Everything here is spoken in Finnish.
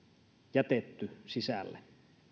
jätetty sisälle